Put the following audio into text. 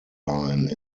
line